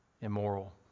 immoral